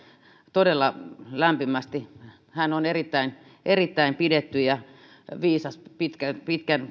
todella lämpimästi hän on erittäin erittäin pidetty ja viisas pitkän